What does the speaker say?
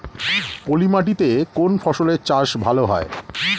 পলি মাটিতে কোন ফসলের চাষ ভালো হয়?